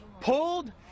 pulled